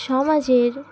সমাজের